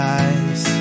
eyes